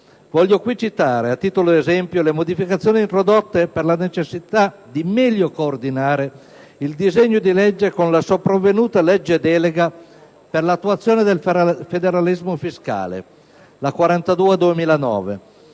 Voglio qui citare, a titolo di esempio, le modificazioni introdotte per la necessità di meglio coordinare il disegno di legge con la sopravvenuta legge delega per l'attuazione del federalismo fiscale (legge n.